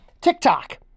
TikTok